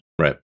right